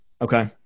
Okay